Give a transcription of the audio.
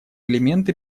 элементы